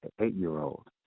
eight-year-old